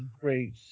great